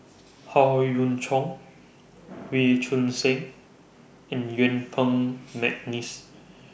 Howe Yoon Chong Wee Choon Seng and Yuen Peng Mcneice